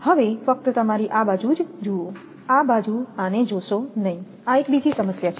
તેથી ફક્ત તમારી આ બાજુ જુઓ આ બાજુ આને જોશો નહીં આ એક બીજી સમસ્યા છે